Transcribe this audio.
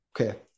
Okay